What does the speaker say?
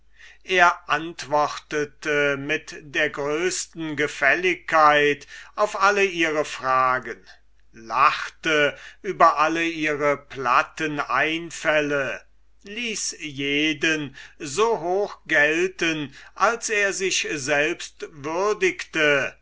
er antwortete mit der größten gefälligkeit auf alle ihre fragen lachte über alle ihre platten einfälle ließ jeden so hoch gelten als er sich selbst würdigte